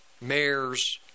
mayors